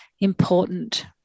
important